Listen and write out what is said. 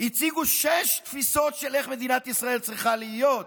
הציגו שש תפיסות של איך מדינת ישראל צריכה להיות,